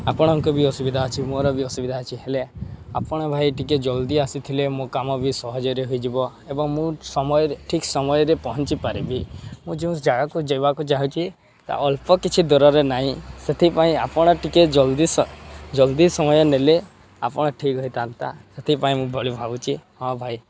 ଆପଣଙ୍କ ବି ଅସୁବିଧା ଅଛି ମୋର ବି ଅସୁବିଧା ଅଛି ହେଲେ ଆପଣ ଭାଇ ଟିକେ ଜଲ୍ଦି ଆସିଥିଲେ ମୋ କାମ ବି ସହଜରେ ହେଇଯିବ ଏବଂ ମୁଁ ସମୟରେ ଠିକ୍ ସମୟରେ ପହଞ୍ଚି ପାରିବି ମୁଁ ଯେଉଁ ଜାଗାକୁ ଯିବାକୁ ଚାହୁଁଛି ତା ଅଳ୍ପ କିଛି ଦୂରରେ ନାହିଁ ସେଥିପାଇଁ ଆପଣ ଟିକେ ଜଲ୍ଦି ଜଲ୍ଦି ସମୟ ନେଲେ ଆପଣ ଠିକ୍ ହୋଇଥାନ୍ତା ସେଥିପାଇଁ ମୁଁ ଭଳି ଭାବୁଛି ହଁ ଭାଇ